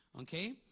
Okay